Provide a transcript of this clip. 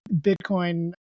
Bitcoin